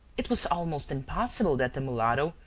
it was almost impossible that the mulatto,